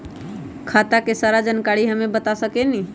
खाता के सारा जानकारी हमे बता सकेनी?